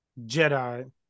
Jedi